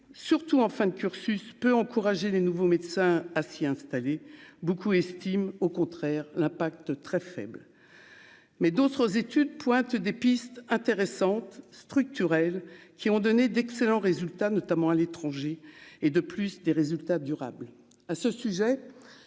surtout en fin de cursus peut encourager les nouveaux médecins à s'y installer, beaucoup estiment au contraire l'impact très faible, mais d'autres études pointent des pistes intéressantes structurels qui ont donné d'excellents résultats, notamment à l'étranger et de plus des résultats durables à ce sujet